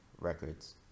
records